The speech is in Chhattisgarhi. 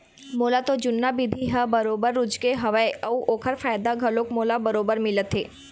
मोला तो जुन्ना बिधि ह बरोबर रुचगे हवय अउ ओखर फायदा घलोक मोला बरोबर मिलत हे